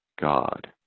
God